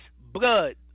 blood